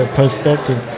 perspective